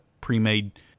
pre-made